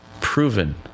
proven